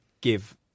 give